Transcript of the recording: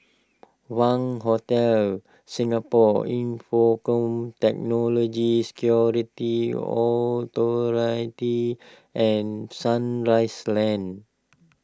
Wangz Hotel Singapore Infocomm Technology Security Authority and Sunrise Lane